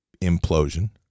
implosion